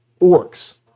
orcs